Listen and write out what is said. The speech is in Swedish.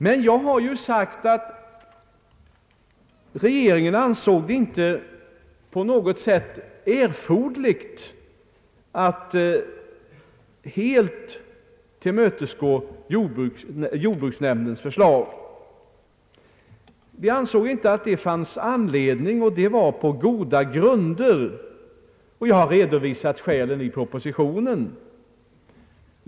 Men jag har ju sagt att regeringen inte ansett det erforderligt att helt tillmötesgå jordbruksnämndens begäran. Vi ansåg på goda grunder att det inte fanns anledning härtill. Jag har redovisat skälen i propositionen.